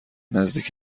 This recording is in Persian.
نزدیک